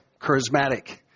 charismatic